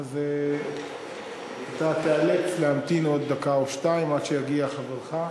אז אתה תיאלץ להמתין עוד דקה או שתיים עד שיגיע חברך.